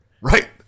right